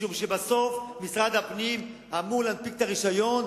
משום שבסוף משרד הפנים אמור להנפיק את הרשיון,